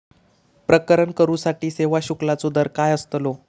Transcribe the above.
प्रकरण करूसाठी सेवा शुल्काचो दर काय अस्तलो?